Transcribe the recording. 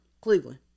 Cleveland